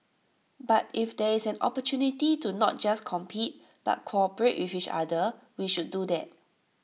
but if there is an opportunity to not just compete but cooperate with each other we should do that